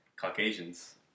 Caucasians